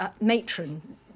matron